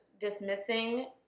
dismissing